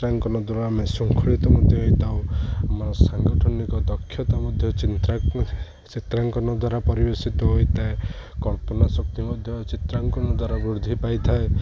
ଚିତ୍ରାଙ୍କନ ଦ୍ୱାରା ଆମେ ଶୃଙ୍ଖଳିତ ମଧ୍ୟ ହେଇଥାଉ ଆମର ସାଙ୍ଗଠନିକ ଦକ୍ଷତା ମଧ୍ୟ ଚନ୍ତାକୁ ଚିତ୍ରାଙ୍କନ ଦ୍ୱାରା ପରିବେଶିତ ହୋଇଥାଏ କଳ୍ପନା ଶକ୍ତି ମଧ୍ୟ ଚିତ୍ରାଙ୍କନ ଦ୍ୱାରା ବୃଦ୍ଧି ପାଇଥାଏ